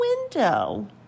window